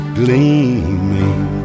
gleaming